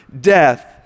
death